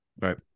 Right